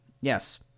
Yes